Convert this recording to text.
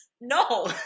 No